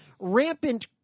Rampant